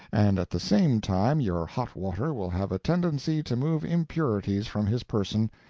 and at the same time your hot water will have a tendency to move impurities from his person,